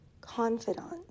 Confidant